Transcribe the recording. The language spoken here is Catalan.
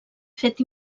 fet